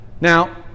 Now